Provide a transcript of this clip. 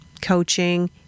coaching